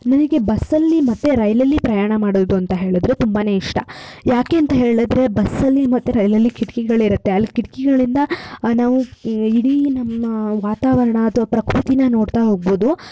ನನಗೆ ಬಸ್ಸಲ್ಲಿ ಮತ್ತು ರೈಲಲ್ಲಿ ಪ್ರಯಾಣ ಮಾಡೋದು ಅಂತ ಹೇಳಿದ್ರೆ ತುಂಬಾ ಇಷ್ಟ ಯಾಕೆ ಅಂತ ಹೇಳಿದ್ರೆ ಬಸ್ಸಲ್ಲಿ ಮತ್ತು ರೈಲಲ್ಲಿ ಕಿಟಕಿಗಳಿರತ್ತೆ ಅಲ್ಲಿ ಕಿಟಕಿಗಳಿಂದ ನಾವು ಇಡೀ ನಮ್ಮ ವಾತಾವರಣ ಅಥವಾ ಪ್ರಕೃತಿನ ನೋಡ್ತಾ ಹೋಗ್ಬೋದು